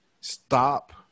stop